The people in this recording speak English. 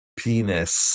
penis